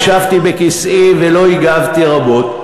ישבתי בכיסאי ולא הגבתי רבות,